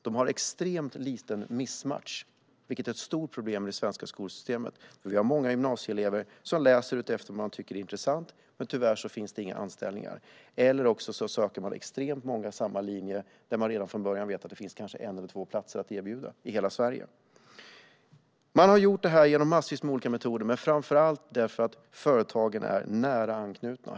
Man har en extremt liten mismatch, vilket är ett stort problem i det svenska skolsystemet, då vi har många gymnasieelever som läser det som de tycker är intressant. Men tyvärr leder det inte till några anställningar. Eller också söker extremt många samma linjer, trots att man redan från början vet att det kanske finns en eller två platser att erbjuda i hela Sverige. Man har gjort detta genom många olika metoder, men framför allt därför att företagen är nära anknutna.